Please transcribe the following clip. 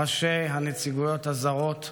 ראשי הנציגויות הזרות,